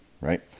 right